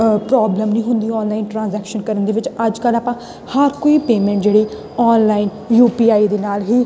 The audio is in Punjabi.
ਅ ਪ੍ਰੋਬਲਮ ਨਹੀਂ ਹੁੰਦੀ ਔਨਲਾਈਨ ਟਰਾਂਜੈਕਸ਼ਨ ਕਰਨ ਦੇ ਵਿੱਚ ਅੱਜ ਕੱਲ੍ਹ ਆਪਾਂ ਹਰ ਕੋਈ ਪੇਮੈਂਟ ਜਿਹੜੀ ਔਨਲਾਈਨ ਯੂ ਪੀ ਆਈ ਦੇ ਨਾਲ ਹੀ